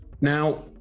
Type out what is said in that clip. Now